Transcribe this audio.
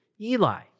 Eli